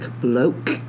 bloke